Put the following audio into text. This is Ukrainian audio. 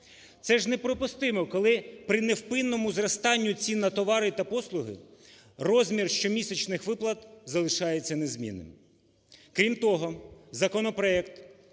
Це ж неприпустимо, коли при невпинному зростанні цін на товари та послуги розмір щомісячних виплат залишається незмінним. Крім того, законопроект